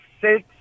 six